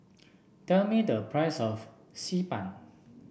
tell me the price of Xi Ban